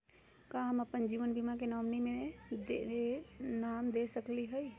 का हम अप्पन जीवन बीमा के नॉमिनी में दो नाम दे सकली हई?